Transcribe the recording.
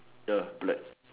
ya black